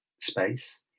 space